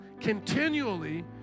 continually